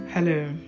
Hello